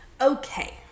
Okay